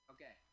Okay